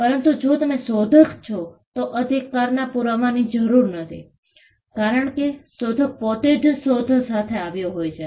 પરંતુ જો તમે શોધક છો તો અધિકારના પુરાવાની જરૂર નથી કારણ કે શોધક પોતે જ શોધ સાથે આવ્યો હોય છે